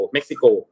Mexico